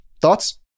Thoughts